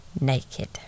Naked